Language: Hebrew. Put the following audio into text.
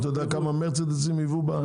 אתה יודע כמה מרצדסים הביאו בשנה האחרונה?